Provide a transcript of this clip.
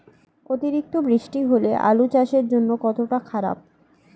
অতিরিক্ত বৃষ্টি হলে আলু চাষের জন্য কতটা খারাপ?